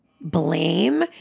blame